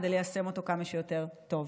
כדי ליישם אותו כמה שיותר טוב.